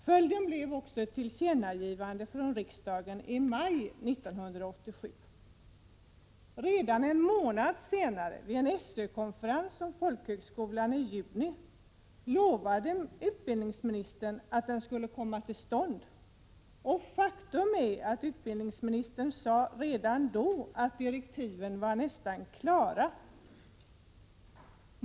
Följden blev också ett tillkännagivande från riksdagen i maj 1987. Redan en månad senare, vid en SÖ-konferens i juni om folkhögskolan, lovade utbildningsministern att utredningen skulle komma till stånd. Faktum är att utbildningsministern redan då sade att direktiven var nästan klara.